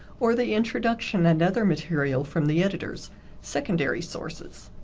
or the introduction and other material from the editor's secondary sources